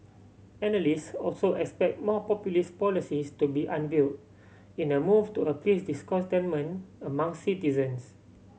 analyst also expect more populist policies to be unveil in a move to appease discontentment among citizens